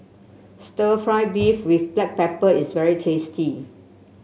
stir fry beef with Black Pepper is very tasty